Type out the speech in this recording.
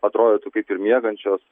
atrodytų kaip ir miegančios